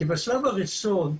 כי בשלב הראשון,